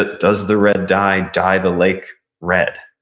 ah does the red dye, dye the lake red?